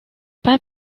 pas